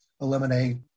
Eliminate